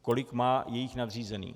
Kolik má jejich nadřízený?